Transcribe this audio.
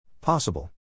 Possible